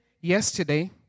yesterday